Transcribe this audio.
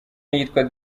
yitwa